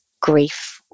grief